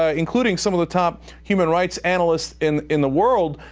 ah including some of the top human rights analysts in in the world,